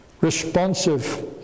responsive